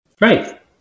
Right